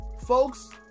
folks